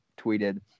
tweeted